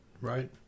right